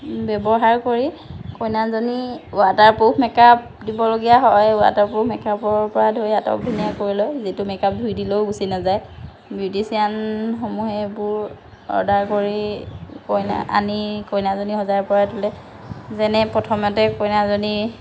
ব্যৱহাৰ কৰি কইনাজনীক ৱাটাৰপ্ৰুফ মেকআপ দিবলগীয়া হয় ৱাটাৰপ্ৰুফ মেকআপৰ পৰা ধৰি আটক ধুনীয়া কৰি লয় যিটো মেকআপ ধুই দিলেও গুচি নাযায় বিউটিচিয়ানসমূহে এইবোৰ অৰ্ডাৰ কৰি কইনাক আনি কইনাজনী সজাই পৰাই তোলে যেনে প্ৰথমতে কইনাজনী